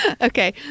Okay